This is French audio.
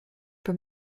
peux